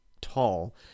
tall